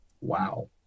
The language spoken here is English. wow